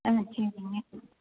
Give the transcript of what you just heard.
ஆ சரிங்க